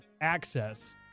access